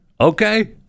okay